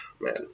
Man